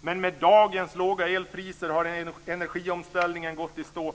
Men med dagens låga elpriser har energiomställningen gått i stå.